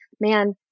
man